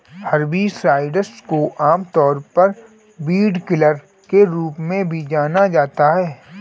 herbicides को आमतौर पर वीडकिलर के रूप में भी जाना जाता है